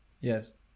Yes